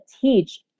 teach